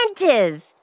inventive